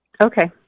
Okay